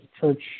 church